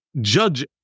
Judge